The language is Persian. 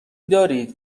دارید